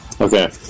Okay